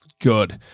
good